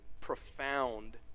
profound